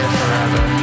forever